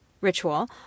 ritual